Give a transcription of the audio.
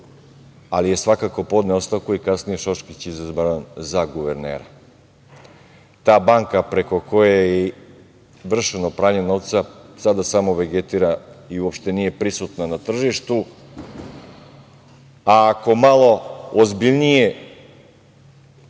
ali je svakako podneo ostavku i kasnije Šoškić izabran za guvernera. Ta banka preko koje je vršeno pranje novca sada samo vegetira i uopšte nije prisutna na tržištu. Ako malo ozbiljnije